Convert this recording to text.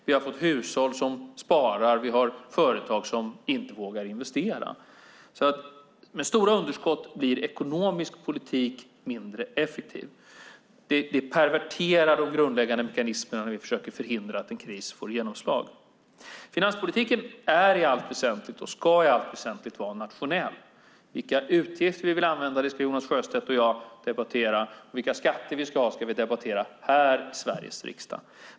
Vi har hushåll som sparar, och vi har företag som inte vågar investera. Med stora underskott blir ekonomisk politik mindre effektiv. Det perverterar de grundläggande mekanismerna när vi försöker förhindra att en kris får genomslag. Finanspolitiken är och ska i allt väsentligt vara nationell. Vilka utgifter vi vill använda ska Jonas Sjöstedt och jag debattera, och vilka skatter vi ska ha ska vi debattera här i Sveriges riksdag.